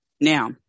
Now